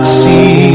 see